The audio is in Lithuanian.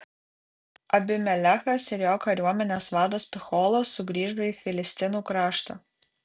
abimelechas ir jo kariuomenės vadas picholas sugrįžo į filistinų kraštą